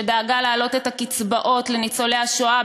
שדאגה להעלות את הקצבאות לניצולי השואה,